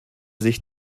sich